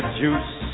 juice